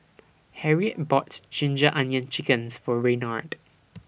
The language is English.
Harriet bought Ginger Onions Chickens For Raynard